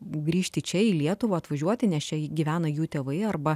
grįžti čia į lietuvą atvažiuoti nes čia gyvena jų tėvai arba